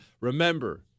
Remember